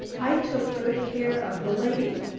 i took good care of the lady.